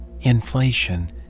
Inflation